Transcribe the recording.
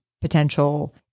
potential